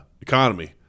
economy